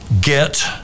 Get